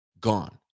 gone